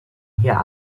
hier